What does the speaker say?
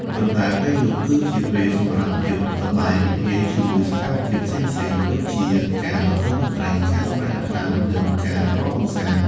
ប៉ុន្តែពេលយប់ គឺជាពេលសម្រាប់ភាពសប្បាយរីករាយជាមួយសកម្មភាពផ្សេងៗដូចជាការប្រគំតន្ត្រី ការសម្តែងល្ខោន និងការរាំកម្សាន្ត។